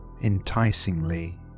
enticingly